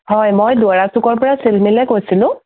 হয় মই দুৱৰা চুকৰ পৰা চিলমিলে কৈছিলোঁ